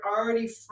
already